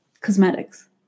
cosmetics